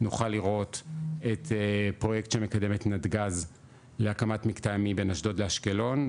נוכל לראות את הפרויקט שמקדמת נתג"ז להקמת מקטע ימי בין אשדוד לאשקלון,